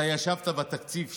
אתה ישבת בתקציב שאישרנו,